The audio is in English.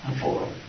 four